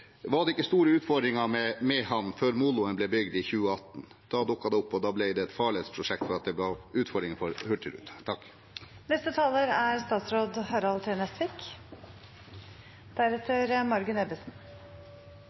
var ikke store utfordringer med Mehamn før moloen ble bygd i 2018. Da dukket det opp, og da ble det et farledsprosjekt fordi det ble utfordringer for Hurtigruten. Først av alt, bare slik at vi får oppklart det, slik at det ikke er